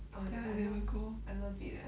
oh that I love I love it eh